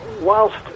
whilst